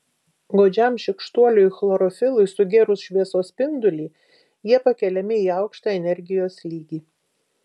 godžiam šykštuoliui chlorofilui sugėrus šviesos spindulį jie pakeliami į aukštą energijos lygį